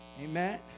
Amen